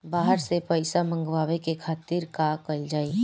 बाहर से पइसा मंगावे के खातिर का कइल जाइ?